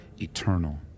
eternal